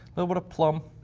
little bit of plum,